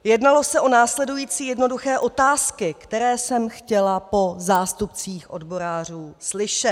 Jednalo se o následující jednoduché otázky, které jsem chtěla po zástupcích odborářů slyšet.